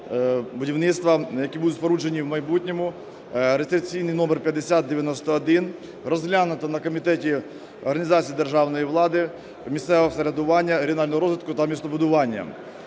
будівництва, які будуть споруджені в майбутньому, (реєстраційний номер 5091) розглянуто на Комітеті організації державної влади, місцевого самоврядування, регіонального розвитку та містобудування